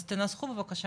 אז תנסחו בבקשה,